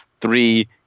three